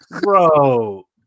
Bro